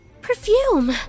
Perfume